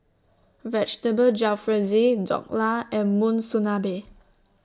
Vegetable Jalfrezi Dhokla and Monsunabe